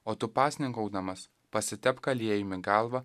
o tu pasninkaudamas pasitepk aliejumi galvą